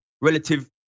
relative